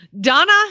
Donna